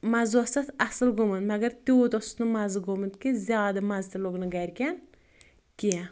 مَزٕ اوس تَتھ اَصٕل گوٚمُت مَگَر تیوٗت اوسُس نہٕ مَزٕ گوٚمُت کہِ زِیادٕ مَزٕ تہِ لوٚگ نہٕ گَرکؠن کینٛہہ